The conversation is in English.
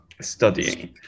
studying